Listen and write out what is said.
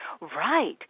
Right